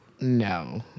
No